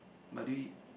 but do you eat